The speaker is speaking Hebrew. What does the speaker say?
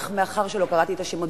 אך מאחר שלא קראתי את השמות,